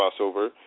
crossover